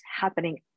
happening